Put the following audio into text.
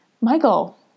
Michael